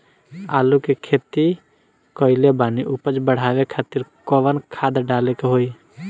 आलू के खेती कइले बानी उपज बढ़ावे खातिर कवन खाद डाले के होई?